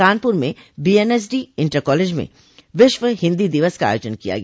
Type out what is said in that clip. कानपुर में BNSD inter college में विश्व हिन्दी दिवस का आयोजन किया गया